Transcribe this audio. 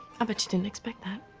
but you didn't expect that.